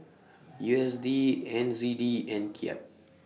U S D N Z D and Kyat